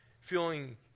feeling